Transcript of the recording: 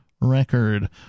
record